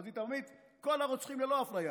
חזית עממית, כל הרוצחים ללא אפליה,